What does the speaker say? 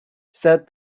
said